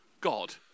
God